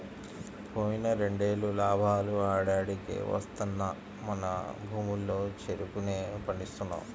పోయిన రెండేళ్ళు లాభాలు ఆడాడికే వత్తన్నా మన భూముల్లో చెరుకునే పండిస్తున్నాం